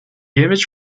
image